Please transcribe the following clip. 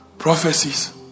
Prophecies